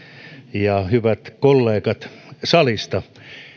ja hyvät kollegat salista